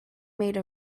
made